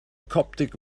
coptic